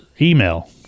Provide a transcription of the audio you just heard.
email